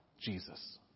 Jesus